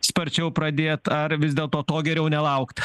sparčiau pradėt ar vis dėlto to geriau nelaukt